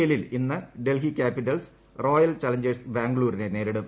എല്ലിൽ ഇന്ന് Delhi capitals royal challengers ബാംഗ്ലൂരിനെ നേരിടും